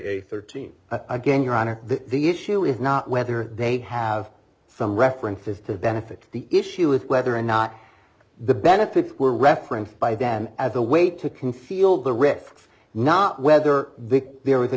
city thirteen again your honor the issue is not whether they have some references to benefit the issue is whether or not the benefits were referenced by them as a way to conceal the risks not whether the there was a